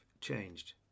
changed